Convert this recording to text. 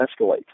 escalate